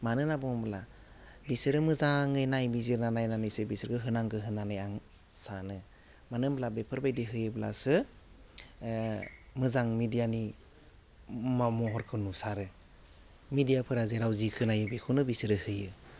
मानो होनना बुङोब्ला बिसोरो मोजाङै नायबिजिरना नायनानैसो बिसोरखौ होनांगो होननानै आं सानो मानो होम्ब्ला बिफोरबायदि होयोब्लासो मोजां मिडियानि महरखौ नुसारो मेडियाफोरा जेराव जि खोनायो बेखौनो बिसोरो होयो